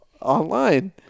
online